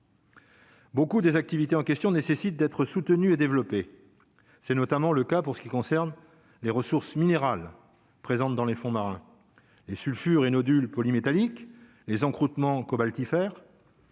Beaucoup des activités en question nécessite d'être soutenu et développé, c'est notamment le cas pour ce qui concerne les ressources minérales présente dans les fonds marins et sulfure nodules poly-métalliques, les encres hautement cobalt